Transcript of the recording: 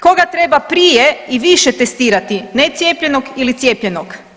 Koga treba prije i više testirati necijepljenog ili cijepljenog?